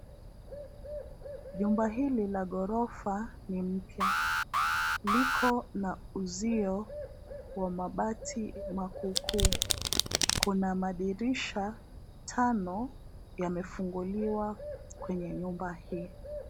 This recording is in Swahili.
Jumba hili la ghorofa ni mpya. Liko na uzio wa mabati makuukuu. Kuna madirisha tano yamefunguliwa kwenye nyumba hii.